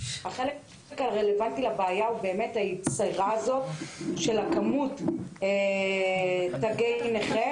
החלק הרלוונטי לבעיה הוא באמת ביצירת הכמות של תגי נכה,